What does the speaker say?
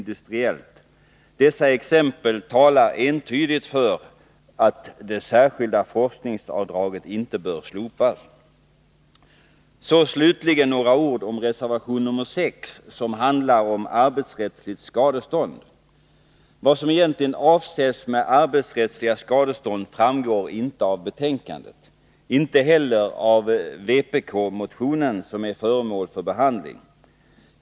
Dessa exempel talar entydigt för att det särskilda forskningsavdraget inte bör slopas. Så slutligen några ord om reservation nr 6, som handlar om arbetsrättsligt skadestånd. Vad som egentligen avses med arbetsrättsliga skadestånd framgår inte av betänkandet, inte heller av vpk-motionen som är föremål för behandling.